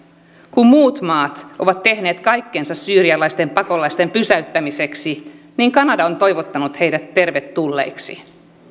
kun muut maat ovat tehneet kaikkensa syyrialaisten pakolaisten pysäyttämiseksi niin kanada on toivottanut heidät tervetulleiksi